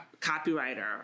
copywriter